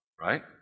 Right